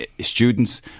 students